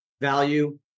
value